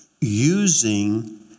using